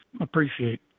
appreciate